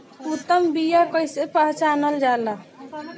उत्तम बीया कईसे पहचानल जाला?